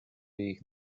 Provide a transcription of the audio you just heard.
jejich